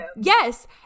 Yes